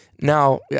Now